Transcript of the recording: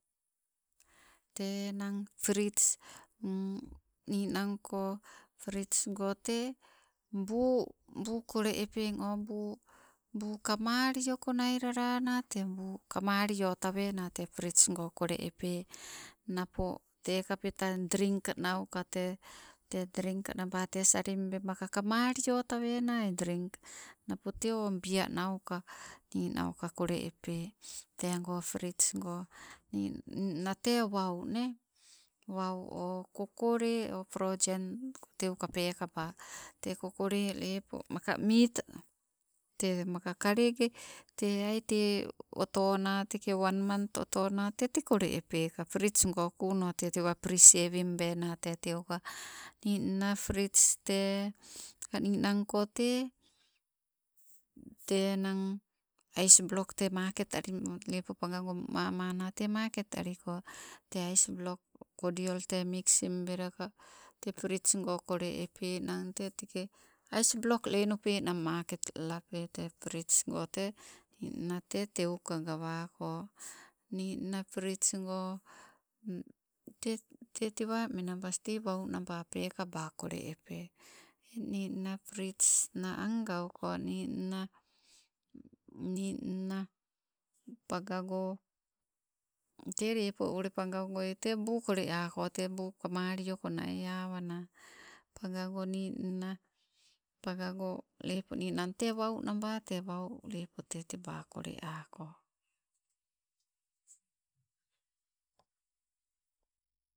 Tee enang prits, ninangko prits go te buu, buu kole epeng oh, buu, buu kamalioko nailalana tee buu kamaliotawena tee prits go kole epee. Napo tekapeta drink nauka tee- tee drink naba te salimbema ka kamali otawena drink. Napo tee o bia nauka, ni nauka kole epee oh, kokole lepo maka mit. Tee moka kakege te aite otona teke wan mant otona te tee, kole epe ka kuuno tee tewe prisewim bena, te enang aisblok te maket aliko. Tee aisblok kodiol te mixim bela ka tee, prits go kole epanang te teke ice- block lenupenang, maket lalape. Tee prits go tete, tewa menabas tei wan naba pekaba kole epe. Eng ninna prits na angauko ninnang ninna pagagoi te lepo ule pagagoi tee buu koleako, te buu kamaloko naiawana. Pagago ninna pagago lepo ninang tee wau naba te wau lepo te teba koleako.